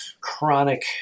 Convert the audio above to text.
chronic